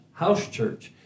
housechurch